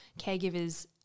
caregivers